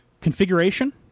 configuration